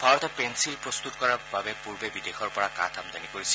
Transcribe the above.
ভাৰতে পেলিল প্ৰস্তত কৰাৰ বাবে পূৰ্বে বিদেশৰ পৰা কাঠ আমদানি কৰিছিল